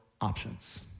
options